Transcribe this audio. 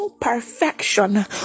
perfection